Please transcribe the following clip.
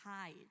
hide